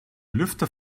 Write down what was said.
lüfter